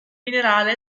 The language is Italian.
minerale